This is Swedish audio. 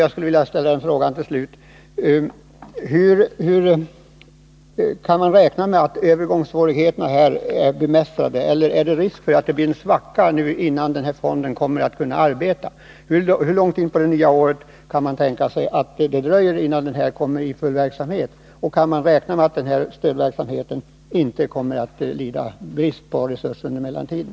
Jag saknade några uppgifter i svaret, och därför vill jag till sist fråga: Kan man räkna med att övergångssvårigheterna är bemästrade, eller finns det risk för att det blir en svacka innan denna fond kommer att kunna arbeta? Hur långt in på det nya året kan det dröja innan fonden är i verksamhet? Kan man räkna med att denna stimulansverksamhet inte kommer att lida brist på resurser under mellantiden?